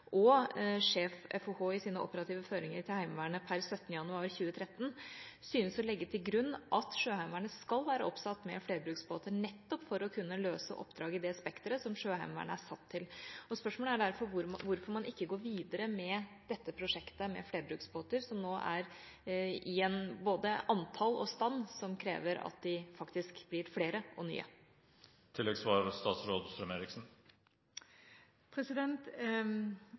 og sjef FOHs operative overføringer til Heimevernet per 17. januar 2013 syns å legge til grunn at Sjøheimevernet skal være oppsatt med flerbruksbåter, nettopp for å kunne løse oppdrag i det spekteret som Sjøheimevernet er satt til. Spørsmålet er derfor: Hvorfor går man ikke videre med dette prosjektet med flerbruksbåter, som nå er i både et antall og en stand som krever at de faktisk blir flere og nye?